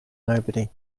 nobody